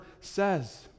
says